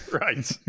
right